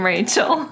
Rachel